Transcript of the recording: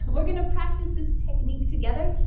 we're gonna practice this technique together.